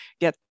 get